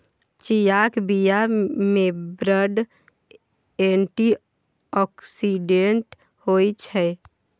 चीयाक बीया मे बड़ एंटी आक्सिडेंट होइ छै